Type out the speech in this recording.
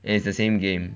it's the same game